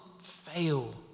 fail